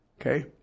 Okay